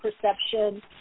perception